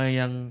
yang